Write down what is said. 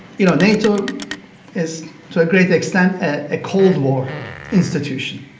you know, nato is, to a greater extent, a cold war institution,